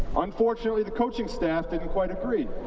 unfortunately, the coaching staff didn't quite agree.